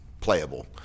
playable